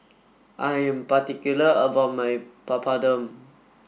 I am particular about my Papadum